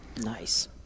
Nice